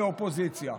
מאופוזיציה.